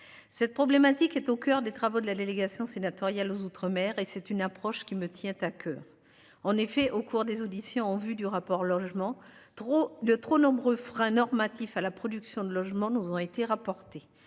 Cette problématique est au coeur des travaux de la délégation sénatoriale aux outre-mer et c'est une approche qui me tient à coeur. En effet, au cours des auditions en vue du rapport logement trop de trop nombreux freins normatif à la production de logements nous ont été rapportés.